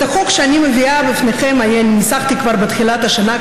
את החוק שאני מביאה בפניכם אני ניסחתי כבר בתחילת השנה,